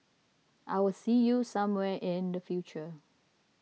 I'll see you somewhere in the future